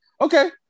Okay